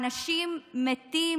שבו אנשים מתים